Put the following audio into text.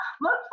Look